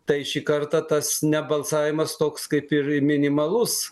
tai šį kartą tas nebalsavimas toks kaip ir minimalus